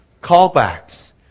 callbacks